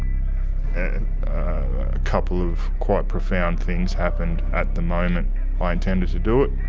and couple of quite profound things happened at the moment i intended to do it.